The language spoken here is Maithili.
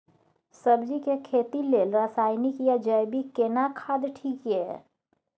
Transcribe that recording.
सब्जी के खेती लेल रसायनिक या जैविक केना खाद ठीक ये?